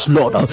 Lord